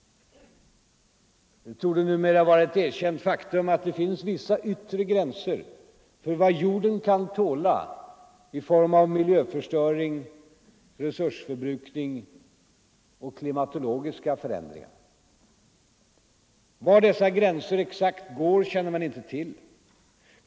Det torde numera vara ett erkänt faktum att det finns vissa yttre gränser för vad jorden kan tåla i form av miljöförstöring, resursförbrukning och klimatologiska förändringar. Var dessa gränser exakt går känner man inte till.